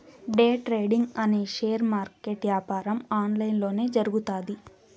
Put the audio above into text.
day trading అనే share market యాపారం online లొనే జరుగుతాది